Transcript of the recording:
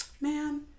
Man